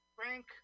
Frank